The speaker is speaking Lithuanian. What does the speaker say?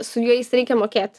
su jais reikia mokėt